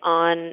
on